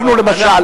מקווה